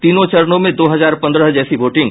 तीनों चरणों में दो हजार पंद्रह जैसी वोटिंग